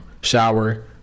shower